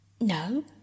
No